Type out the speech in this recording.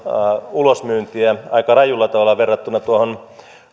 ulosmyyntiä aika rajulla tavalla verrattuna tuohon